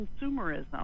consumerism